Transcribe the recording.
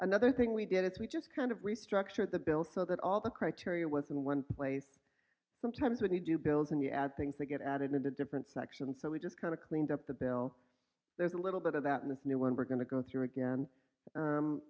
another thing we did is we just kind of restructure the bill so that all the criteria was in one place sometimes when you do bills and you add things that get added into different sections so we just kind of cleaned up the bill there's a little bit of that in this new one we're going to go through again